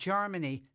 Germany